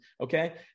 okay